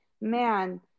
man